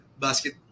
basket